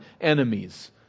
enemies